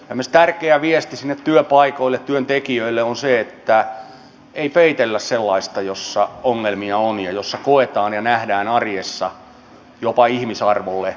esimerkiksi tärkeä viesti sinne työpaikoille työntekijöille on se että ei peitellä sellaista jossa ongelmia on ja jossa koetaan ja nähdään arjessa jopa ihmisarvolle alhaisia tilanteita